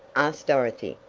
asked dorothy,